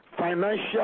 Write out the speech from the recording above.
Financial